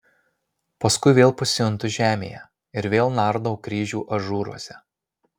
paskui vėl pasijuntu žemėje ir vėl nardau kryžių ažūruose